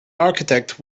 architect